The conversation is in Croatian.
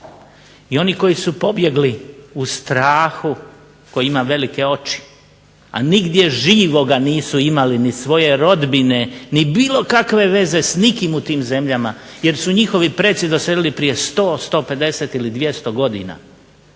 i oni koji su pobjegli u strahu koji ima velike oči, a nigdje živoga nisu imali ni svoje rodbine ni bilo kakve veze s nikim u tim zemljama jer su njihovi preci doselili prije 100, 150 ili 200 godina.